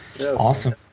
awesome